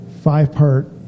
five-part